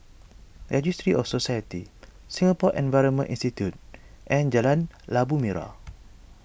Registry of Societies Singapore Environment Institute and Jalan Labu Merah